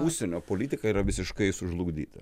užsienio politika yra visiškai sužlugdyta